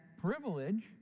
privilege